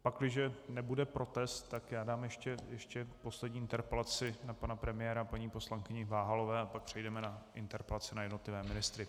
Pakliže nebude protest, tak dám ještě poslední interpelaci na pana premiéra paní poslankyni Váhalové a pak přejdeme na interpelace na jednotlivé ministry.